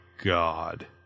God